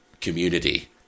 community